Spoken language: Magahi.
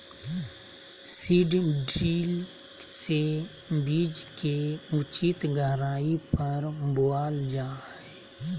सीड ड्रिल से बीज के उचित गहराई पर बोअल जा हइ